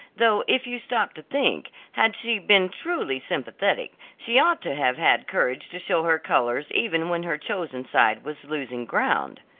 though if you stop to think, had she been truly sympathetic, she ought to have had courage to show her colors even when her chosen side was losing ground.